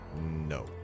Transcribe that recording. No